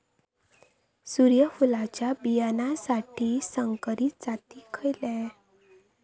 सूर्यफुलाच्या बियानासाठी संकरित जाती खयले?